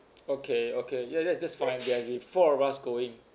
okay okay ya that's just fine there'll be four of us going